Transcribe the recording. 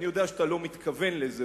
ואני יודע שאתה לא מתכוון לזה,